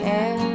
air